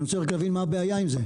אני רוצה להבין מה הבעיה עם זה.